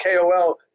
KOL